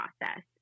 process